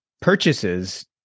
purchases